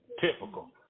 Typical